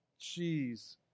Jeez